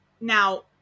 now